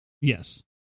Yes